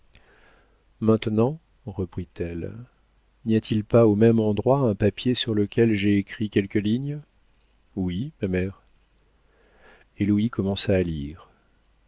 maintenant reprit-elle n'y a-t-il pas au même endroit un papier sur lequel j'ai écrit quelques lignes oui ma mère et louis commençant à lire